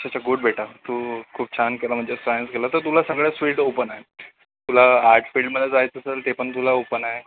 अच्छा अच्छा गुड बेटा तू खूप छान केलं म्हणजे सायन्स केलं तर तुला सगळ्याचं फील्ड ओपन आहेत तुला आर्टस् फील्डमध्ये जायचं असेल ते पण तुला ओपन आहे